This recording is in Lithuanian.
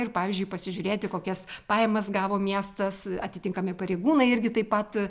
ir pavyzdžiui pasižiūrėti kokias pajamas gavo miestas atitinkami pareigūnai irgi taip pat